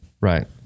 Right